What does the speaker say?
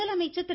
முதலமைச்சர் திரு